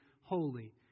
holy